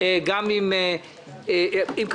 אם הוא ייקח שנתיים,